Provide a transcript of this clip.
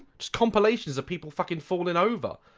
just compilations of people fucking falling over